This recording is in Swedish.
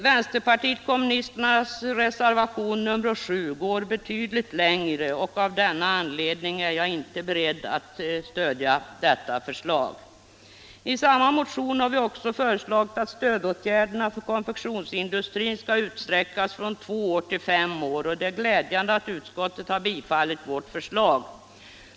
Vänsterpartiet kommunisternas reservation nr 7 går betydligt längre, och av denna anledning är jag inte beredd att stödja det förslaget. I vår motion har vi också föreslagit att stödåtgärderna för konfektionsindustrin skall utsträckas från två till fem år. Det är glädjande att utskottet har tillstyrkt vårt förslag.